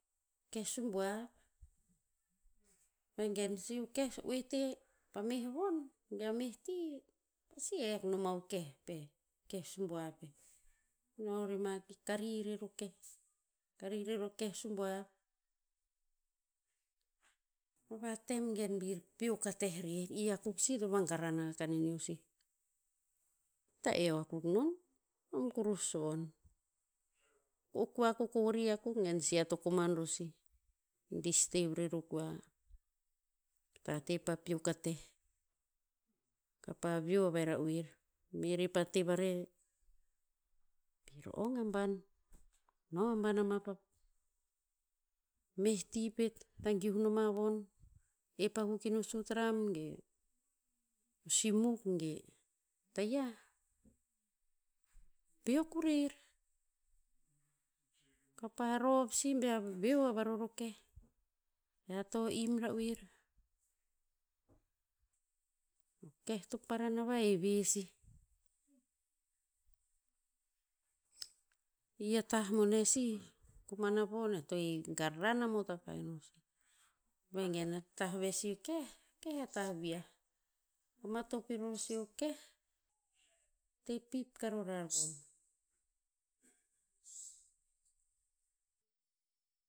Keh subuav. Vegen si o keh oete pa meh von, ge a meh ti, pasi hek noma o keh peh, keh subuav peh. No rema ki kari rer o keh. Kari rer o keh subuav. Pama tem gen bir peok ateh rer i akuk si to vagaran akah kaneneo sih. Ta eo akuk non, nom kurus von. O kua kokori akuk gen si ear to koman ror sih, distev rer o kua. Tate pa peok ateh. Kapa veo a vai ra'oer. Me rer pa te vare bir ong aban. No aban na ma pa, meh ti pet, tagiuh noma von, ep akuk ino sut ram ge, o simuk ge, tayiah, peok urer. Kapa rov si bear veo a vai ror o keh. Ea to im ra'oer, o keh to parana vaheve sih. I a tah bone si koman a von, eo to he, garan amot akah ino sih. Vegen a tah ve si keh, keh a tah viah. To matop iror si o keh, te pip karorar von.